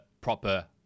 proper